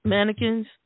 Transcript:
Mannequins